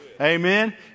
Amen